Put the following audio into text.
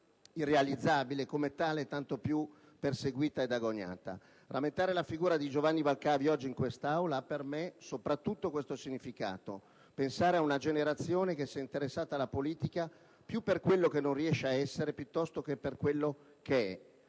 irrealizzabile e, come tale, tanto più perseguita ed agognata. Rammentare la figura di Giovanni Valcavi, oggi in quest'Aula, ha per me soprattutto questo significato: pensare ad una generazione che si è interessata alla politica più per quello che non riesce ad essere, piuttosto che per quello che è;